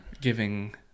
giving